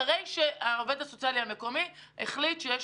אחרי שהעובד הסוציאלי המקומי החליט שיש